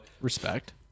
respect